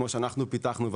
כמו שאנחנו פיתחנו,